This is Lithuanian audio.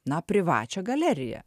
na privačią galeriją